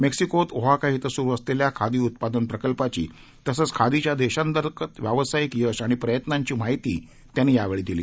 मेक्सिकोत ओहाका क्वें सुरु असलेल्या खादी उत्पादन प्रकल्पाची तसंच खादीच्या देशांतर्गत व्यावसायिक यश आणि प्रयत्नांची माहिती त्यांनी यावेळी दिली